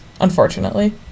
unfortunately